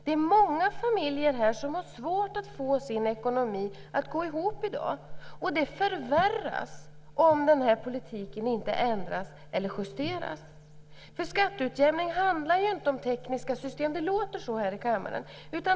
Det är många familjer här som har svårt att få sin ekonomi att gå ihop i dag. Det förvärras om den här politiken inte ändras eller justeras. Skatteutjämning handlar ju inte om tekniska system. Det låter så här i kammaren.